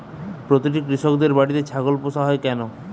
প্রতিটি কৃষকদের বাড়িতে ছাগল পোষা হয় কেন?